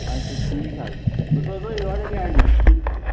اَچھا ٹھیٖک حظ بہٕ سوزو یورَے گاڑِ منٛز کِنہٕ تہٕ